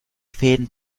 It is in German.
fäden